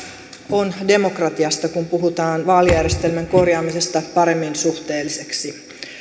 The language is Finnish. on demokratiasta kun puhutaan vaalijärjestelmän korjaamisesta paremmin suhteelliseksi